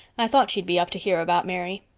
i thought she'd be up to hear about mary.